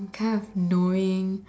kind of knowing